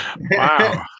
Wow